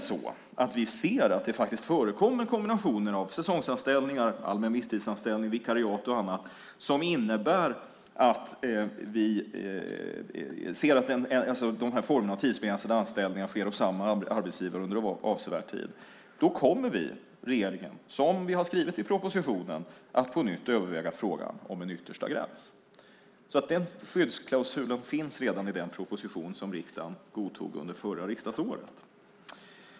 Om vi ser att det faktiskt förekommer kombinationer av säsongsanställningar, allmän visstidsanställning, vikariat och annat, som innebär att dessa olika former av tidsbegränsade anställningar förekommer hos samma arbetsgivare under avsevärd tid, kommer regeringen, som vi skrivit i propositionen, att på nytt överväga frågan om en yttersta gräns. Den skyddsklausulen fanns alltså redan i den proposition som riksdagen godtog under förra riksdagsåret.